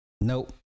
Nope